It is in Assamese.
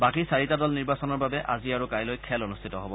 বাকী চাৰিটা দল নিৰ্বাচনৰ বাবে আজি আৰু কাইলৈ খেল অনুষ্ঠিত হ'ব